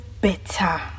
better